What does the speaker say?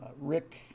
Rick